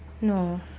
No